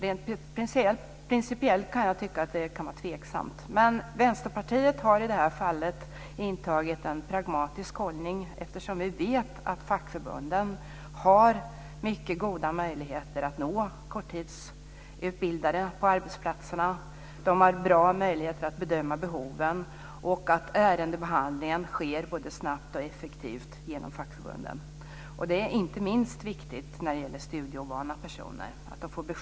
Rent principiellt kan jag tycka att det kan vara tveksamt, men Vänsterpartiet har i detta fall intagit en pragmatisk hållning eftersom vi vet att fackförbunden har mycket goda möjligheter att nå korttidsutbildade på arbetsplatserna. De har bra möjligheter att bedöma behoven, och ärendebehandlingen sker både snabbt och effektivt genom fackförbunden. Att få besked snabbt är inte minst viktigt när det gäller studieovana personer.